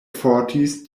forties